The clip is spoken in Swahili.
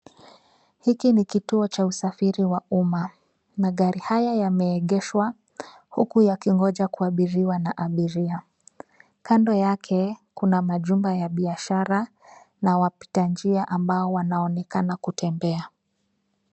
Hiki ni kituo cha usafiri wa umma. Magari haya yameegeshwa huku yakingoja kuabiriwa na abiria. Kando yake kuna majumba ya biashara na wapita njia ambao wanaonekana kutembea.